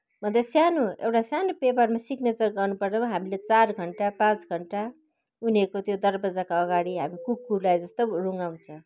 भन्दा सानो एउटा सानो पेपरमा सिग्नेचर गर्नुपर्यो हामीले चार घन्टा पाँच घन्टा उनीहरूको त्यो दरवाजाको अगाडि हामी कुकुरलाई जस्तो रुगाउँछ